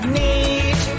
need